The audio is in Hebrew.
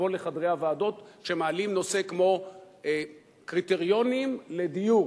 תבואו לחדרי הוועדות כשמעלים נושא כמו קריטריונים לדיור.